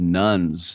nuns